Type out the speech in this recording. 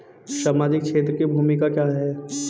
सामाजिक क्षेत्र की भूमिका क्या है?